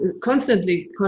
constantly